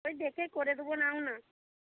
ওই দেখে করে দেবো নাও না